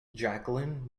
jacqueline